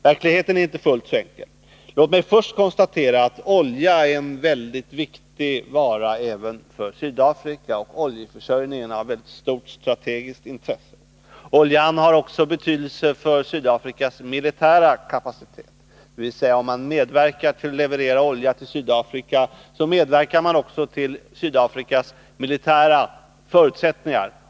Verkligheten är inte fullt så enkel. Låt mig först konstatera att olja är en mycket viktig vara även för Sydafrika och att oljeförsörjningen är av mycket stort strategiskt intresse. Oljan har också betydelse för Sydafrikas militära kapacitet. Om man medverkar till att leverera olja till Sydafrika medverkar man också till Sydafrikas militära förutsättningar.